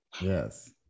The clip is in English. Yes